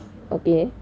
okay